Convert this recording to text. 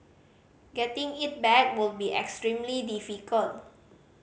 getting it back would be extremely difficult